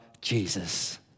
Jesus